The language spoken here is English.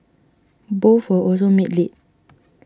both were also made late